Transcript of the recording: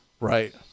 Right